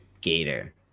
gator